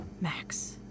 Max